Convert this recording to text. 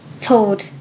told